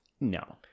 No